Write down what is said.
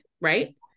right